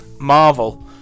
Marvel